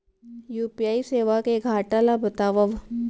UPI सेवा के घाटा ल बतावव?